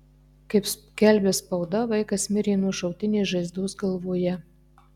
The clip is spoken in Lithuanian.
kaip skelbia spauda vaikas mirė nuo šautinės žaizdos galvoje